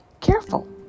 careful